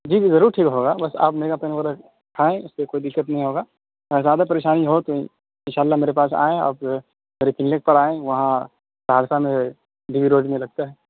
جی جی ضرور ٹھیک ہوگا بس آپ میگا پین وغیرہ کھائیں اس سے کوئی نہیں ہوگا اگر زیادہ پریشانی ہو تو ان شاء اللہ میرے پاس آئیں آپ میرے کلینک پر آئیں وہاں سہرسہ میں ڈیوی روڈ میں لگتا ہے